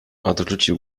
odwrócił